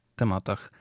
tematach